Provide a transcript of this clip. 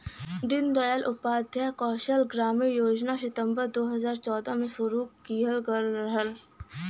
दीन दयाल उपाध्याय कौशल ग्रामीण योजना सितम्बर दू हजार चौदह में शुरू किहल गयल रहल